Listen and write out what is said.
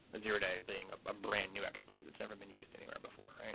a zero day being a brand-new exploit that's never been used anywhere before.